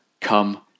Come